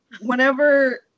whenever